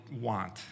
want